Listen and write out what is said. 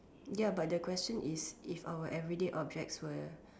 ya but the question is if our everyday objects were